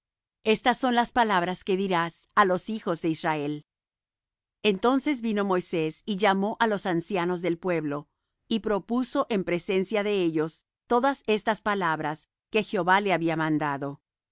estas son las palabras que dirás á los hijos de israel entonces vino moisés y llamó á los ancianos del pueblo y propuso en presencia de ellos todas estas palabras que jehová le había mandado